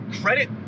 credit